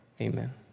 Amen